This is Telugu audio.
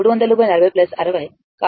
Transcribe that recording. i 300 40 60